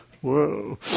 whoa